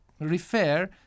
refer